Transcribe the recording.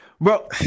Bro